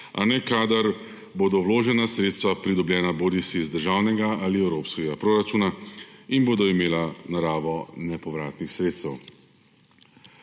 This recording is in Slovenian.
a ne kadar bodo vložena sredstva pridobljena bodisi iz državnega bodisi iz evropskega proračuna in bodo imela naravo nepovratnih sredstev.